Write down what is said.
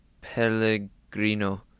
Pellegrino